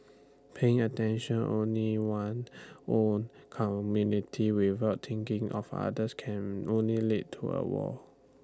paying attention only one own community without thinking of others can only lead into A wall